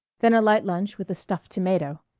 then a light lunch with a stuffed tomato.